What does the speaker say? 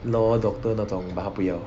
law doctor 那种 but 他不要